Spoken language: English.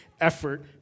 effort